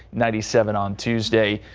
ninety seven on tuesday.